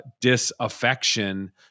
disaffection